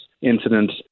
incidents